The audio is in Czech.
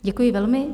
Děkuji velmi.